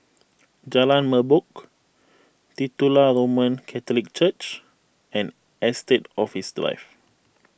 Jalan Merbok Titular Roman Catholic Church and Estate Office Drive